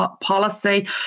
policy